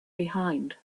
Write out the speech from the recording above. behind